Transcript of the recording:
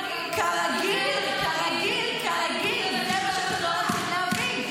כרגיל, כרגיל, כרגיל.